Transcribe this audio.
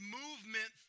movement